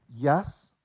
Yes